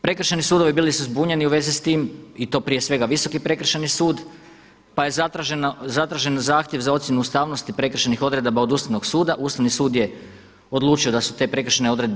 Prekršajni sudovi bili su zbunjeni u vezi s tim i to prije svega Visoki prekršajni sud, pa je zatražen zahtjev za ocjenu ustavnosti prekršajnih odredaba od Ustavnog suda, Ustavni sud je odlučio da su te prekršajne odredbe